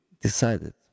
decided